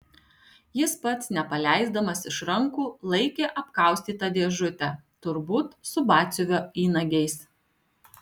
jis pats nepaleisdamas iš rankų laikė apkaustytą dėžutę turbūt su batsiuvio įnagiais